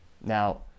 Now